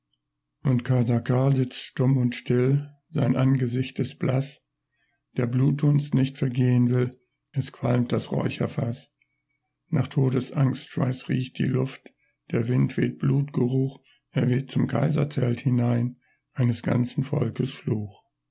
und kaiser karl sitzt stumm und still sein angesicht ist blaß der blutdunst nicht vergehen will es qualmt das räucherfaß nach todesangstschweiß riecht die luft der wind weht blutgeruch er weht zum kaiserzelt hinein eines ganzen volkes fluch